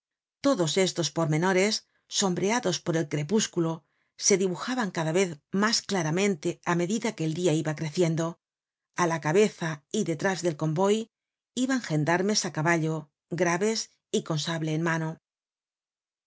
todos estos pormenores sombreados por el crepúsculo se dibujaban cada vez mas claramente á medida que el dia iba creciendo a la cabeza y detrás del convoy iban gendarmes á caballo graves y con sable en mano